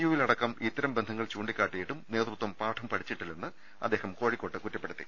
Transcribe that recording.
യുവിലടക്കം ഇത്തരം ബന്ധങ്ങൾ ചൂണ്ടിക്കാട്ടിയിട്ടും നേതൃത്വം പാഠം പഠിച്ചില്ലെന്നും അദ്ദേഹം കോഴിക്കോട് കുറ്റപ്പെടുത്തി